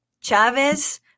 Chavez